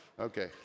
Okay